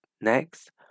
Next